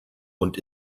und